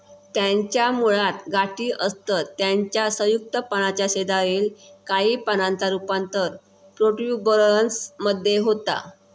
त्याच्या मुळात गाठी असतत त्याच्या संयुक्त पानाच्या शेजारील काही पानांचा रूपांतर प्रोट्युबरन्स मध्ये होता